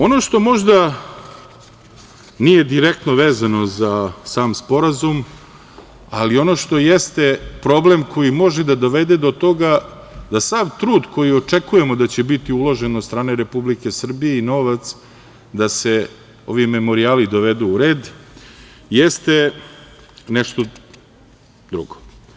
Ono što možda nije direktno vezano za sam sporazum, ali ono što jeste problem koji može da dovede do toga da sav trud koji očekujemo da će biti uložen od strane Republike Srbije i novac da se ovi memorijali dovedu u red jeste nešto drugo.